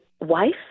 wife